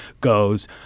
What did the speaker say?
goes